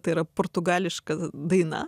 tai yra portugališka daina